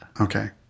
Okay